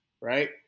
right